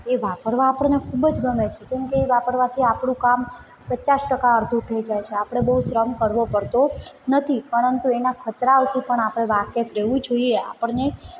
એ વાપરવાં આપણને ખૂબ જ ગમે છે કારણ કે એ વાપરવાથી આપણું કામ પચાસ ટકા અડધું થઇ જાય છે આપણે બહુ શ્રમ કરવો પડતો નથી પરંતુ એનાં ખતરાઓથી પણ આપણે વાકેફ રહેવું જોઇએ આપણને